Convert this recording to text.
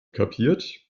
kapiert